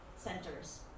centers